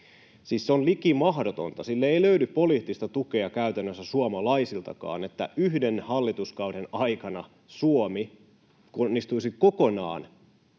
se on liki mahdotonta. Sille ei löydy poliittista tukea käytännössä suomalaisiltakaan, että yhden hallituskauden aikana Suomi onnistuisi kokonaan